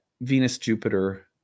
Venus-Jupiter